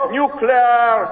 nuclear